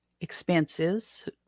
expenses